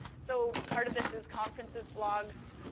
so, part of this is conferences, blogs,